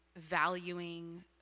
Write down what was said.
valuing